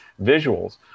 visuals